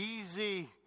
Easy